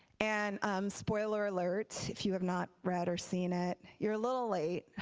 and spoiler alert if you have not read or seen it you're a little late,